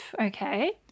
Okay